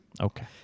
Okay